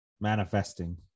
manifesting